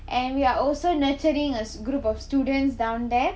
and we are also nuturing a group of students down there